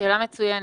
שאלה מצוינת.